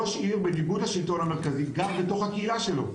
ראש עיר בניגוד לשלטון המרכזי גר בתוך הקהילה שלו,